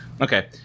Okay